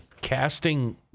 casting